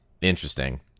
Interesting